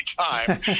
time